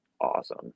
awesome